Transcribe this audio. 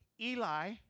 Eli